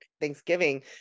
Thanksgiving